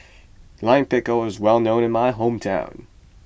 Lime Pickle is well known in my hometown